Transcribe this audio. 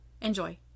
Enjoy